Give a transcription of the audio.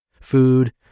food